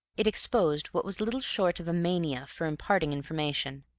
it exposed what was little short of a mania for imparting information.